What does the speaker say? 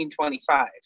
1925